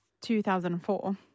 2004